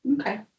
okay